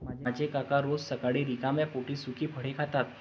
माझे काका रोज सकाळी रिकाम्या पोटी सुकी फळे खातात